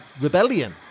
Rebellion